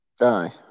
Aye